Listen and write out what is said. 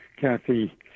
Kathy